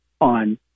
on